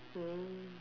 mm